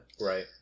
right